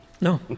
no